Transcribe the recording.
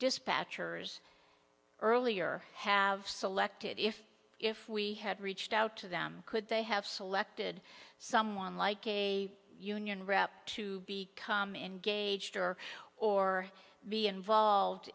dispatcher's earlier have selected if if we had reached out to them could they have selected someone like a union rep to be come in gauged or or be involved